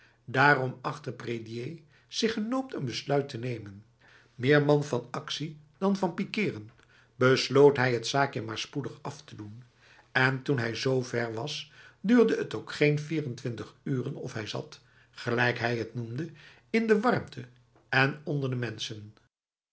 daarom achtte prédier zich genoopt een besluit te nemen meer man van actie dan van pikiren besloot hij het zaakje maar spoedig af te doen en toen hij zo verwas duurde het ook geen vierentwintig uren of hij zat gelijk hij het noemde in de warmte en onder de mensen